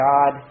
God